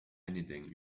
everything